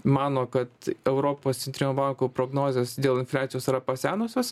mano kad europos centrinio banko prognozės dėl infliacijos yra pasenusios